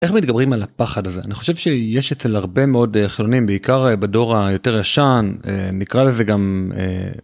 איך מתגברים על הפחד הזה? אני חושב שיש אצל הרבה מאוד חילונים בעיקר בדור היותר ישן נקרא לזה גם.